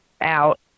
out